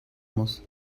muss